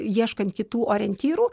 ieškant kitų orientyrų